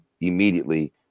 immediately